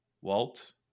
Walt